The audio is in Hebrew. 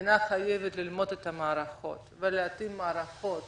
המדינה חייבת ללמוד את המערכות ולהתאים מערכות